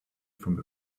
from